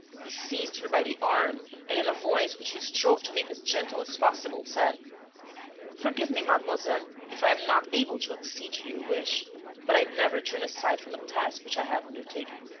he seized her by the arm and, in a voice which he strove to make as gentle as possible, said forgive me, mademoiselle, if i am not able to accede to your wish but i never turn aside from a task which i have undertaken.